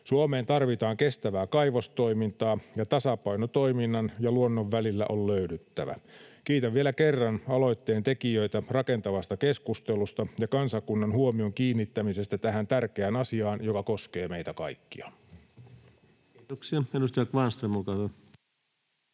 Suomeen tarvitaan kestävää kaivostoimintaa, ja tasapaino toiminnan ja luonnon välillä on löydyttävä. Kiitän vielä kerran aloitteen tekijöitä rakentavasta keskustelusta ja kansakunnan huomion kiinnittämisestä tähän tärkeään asiaan, joka koskee meitä kaikkia. Kiitoksia. — Edustaja Kvarnström, olkaa